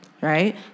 Right